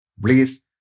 Please